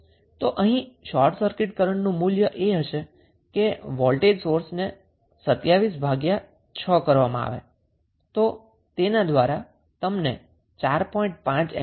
તો અહીં short circuit કરન્ટનું મૂલ્ય વોલ્ટેજ સોર્સ 27 ભાગ્યા 6 હશે તો તેના દ્વારા તમને 4